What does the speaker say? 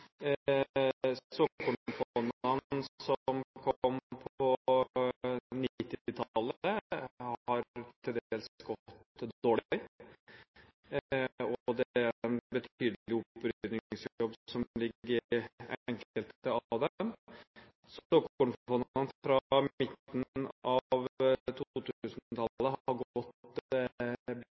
har til dels gått dårlig. Det er en betydelig oppryddingsjobb som ligger i enkelte av dem. Såkornfondene fra midten av 2000-tallet har gått bedre. De landsdekkende har gått